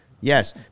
Yes